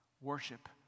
worship